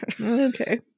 okay